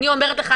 אני אומרת לך,